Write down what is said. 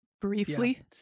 briefly